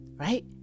right